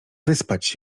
wyspać